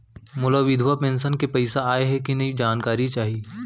मोला विधवा पेंशन के पइसा आय हे कि नई जानकारी चाही?